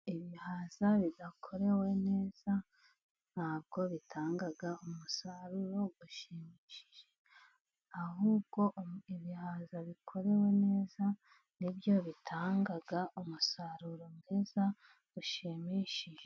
Ibihaza bidakorewe neza ntabwo bitanga umusaruro ushimishije, ahubwo ibihaza bikorewe neza nibyo bitanga umusaruro mwiza ushimishije.